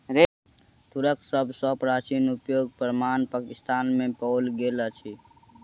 तूरक सभ सॅ प्राचीन उपयोगक प्रमाण पाकिस्तान में पाओल गेल अछि